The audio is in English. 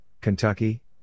Kentucky